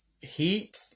Heat